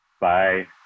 Bye